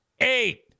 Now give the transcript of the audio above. Eight